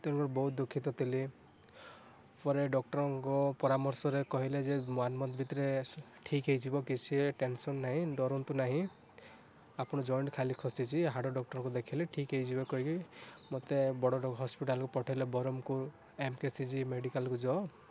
ତେବେ ବହୁତ ଦୁଃଖିତ ଥିଲି ପରେ ଡକ୍ଟର୍ ଙ୍କ ପରାମର୍ଶରେ କହିଲେ ଯେ ୱାନ୍ ମନ୍ଥ ଭିତରେ ଆସ ଠିକ୍ ହେଇଯିବ କିଛି ଟେନ୍ସନ୍ ନାହିଁ ଡରନ୍ତୁ ନାହିଁ ଆପଣ ଜଏଣ୍ଟ୍ ଖାଲି ଖସିଛି ହାଡ଼ ଡକ୍ଟର୍ ଙ୍କୁ ଦେଖାଇଲେ ଠିକ୍ ହେଇଯିବ କହିକି ମୋତେ ବଡ଼ ହସ୍ପିଟାଲ୍କୁ ପଠାଇଲେ ବରହମପୁର ଏମକେସିଜି ମେଡ଼ିକାଲ୍କୁ ଯାଅ